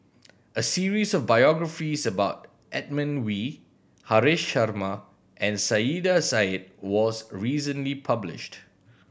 a series of biographies about Edmund Wee Haresh Sharma and Saiedah Said was recently published